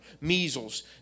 Measles